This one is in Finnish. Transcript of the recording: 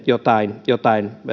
jotain jotain